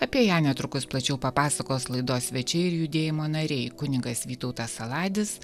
apie ją netrukus plačiau papasakos laidos svečiai ir judėjimo nariai kunigas vytautas saladis